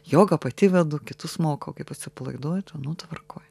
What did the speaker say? joga pati vedu kitus mokau kaip atsipalaiduoju ten tvarkoj